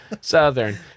Southern